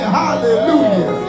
hallelujah